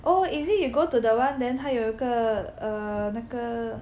oh is it you go to the one then 它有一个 err 那个